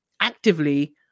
actively